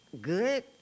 good